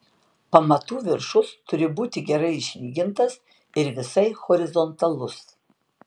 pamatų viršus turi būti gerai išlygintas ir visai horizontalus